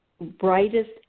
brightest